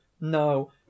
no